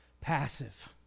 passive